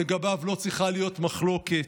לגביו לא צריכה להיות מחלוקת.